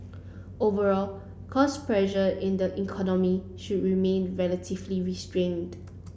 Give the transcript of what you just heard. overall cost pressure in the economy should remain relatively restrained